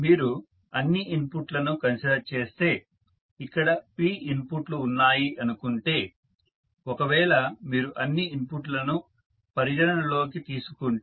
మీరు అన్ని ఇన్పుట్లను కన్సిడర్ చేస్తే ఇక్కడ p ఇన్పుట్లు ఉన్నాయి అనుకుంటే ఒకవేళ మీరు అన్ని ఇన్పుట్లను పరిగణనలోకి తీసుకుంటే